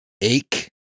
Ache